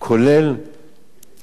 אולם הסעודה האחרונה.